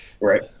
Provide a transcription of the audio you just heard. right